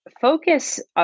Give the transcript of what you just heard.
focus